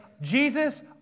Jesus